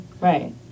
Right